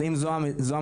אז אם זו המדיניות,